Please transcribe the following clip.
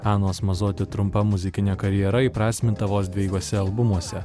anos mazoti trumpa muzikinė karjera įprasminta vos dviejuose albumuose